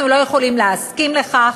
אנחנו לא יכולים להסכים לכך,